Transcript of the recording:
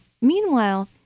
meanwhile